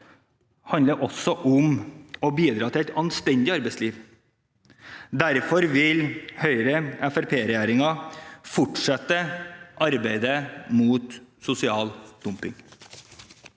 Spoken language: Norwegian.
handler også om å bidra til et anstendig arbeidsliv. Derfor vil Høyre–Fremskrittsparti-regjeringen fortsette arbeidet mot sosial dumping.